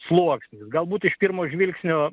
sluoksnis galbūt iš pirmo žvilgsnio